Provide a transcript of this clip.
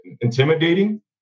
intimidating